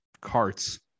carts